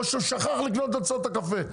או שהוא שכח לקנות את הקפה,